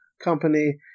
Company